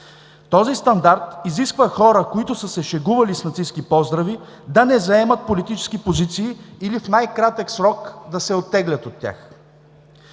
Този стандарт изисква хора, които са се шегували с нацистки поздрави, да не заемат политически позиции или в най-кратък срок да се оттеглят от тях.